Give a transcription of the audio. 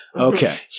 Okay